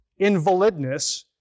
invalidness